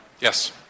Yes